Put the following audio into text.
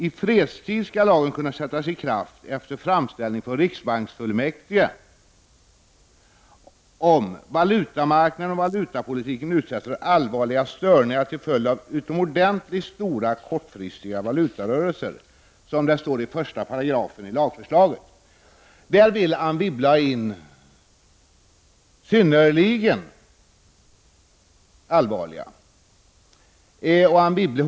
I fredstid skall lagen kunna sättas i kraft efter framställning från riksbanksfullmäktige om ”valutamarknaden och valutapolitiken utsätts för allvarliga störningar till följd av utomordentligt stora kortfristiga valutarörelser”. som det står i I §i lagförslaget. Anne Wibble vill att det i stället för allvarliga störningar skall stå synnerligen allvarliga störningar.